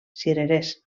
cirerers